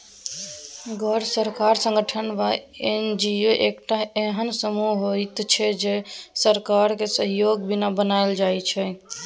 गैर सरकारी संगठन वा एन.जी.ओ एकटा एहेन समूह होइत छै जे सरकारक सहयोगक बिना बनायल जाइत छै